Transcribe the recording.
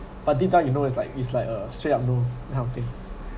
but this time you know it's like it's like a straight up no that kind of thing